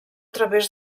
través